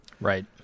Right